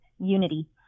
unity